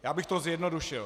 Já bych to zjednodušil.